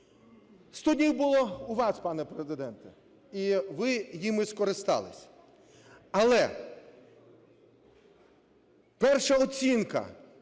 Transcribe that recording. днів було у вас, пане Президенте, і ви ними скористалися. Але перша оцінка,